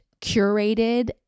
curated